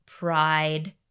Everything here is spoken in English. pride